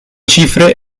cifre